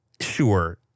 Sure